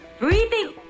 Breathing